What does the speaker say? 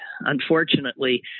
unfortunately